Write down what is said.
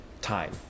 time